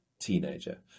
teenager